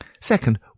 Second